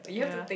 ya